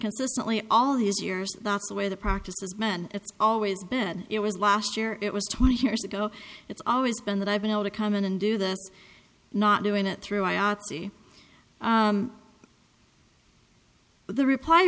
consistently all these years that's the way the practice is man it's always been it was last year it was twenty years ago it's always been that i've been able to come in and do this not doing it through i r c but the reply